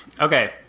Okay